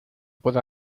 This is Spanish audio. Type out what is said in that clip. puedo